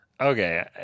Okay